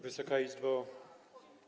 Wysoka Izbo!